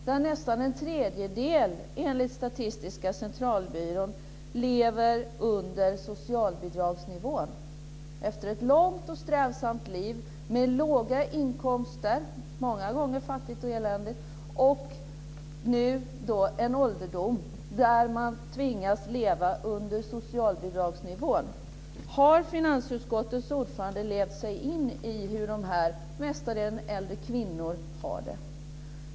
Enligt Statistiska centralbyrån är det nästan en tredjedel av dessa kvinnor som lever under socialbidragsnivån efter ett långt och strävsamt liv med låga inkomster - många gånger fattigt och eländigt. På sin ålderdom tvingas de nu att leva under socialbidragsnivån. Har finansutskottets ordförande levt sig in i hur dessa äldre kvinnor har det?